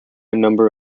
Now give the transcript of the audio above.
number